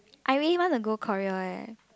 I really wanna go Korea eh